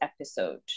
episode